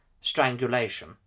strangulation